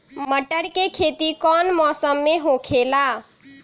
मटर के खेती कौन मौसम में होखेला?